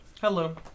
Hello